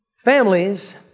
Families